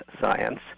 science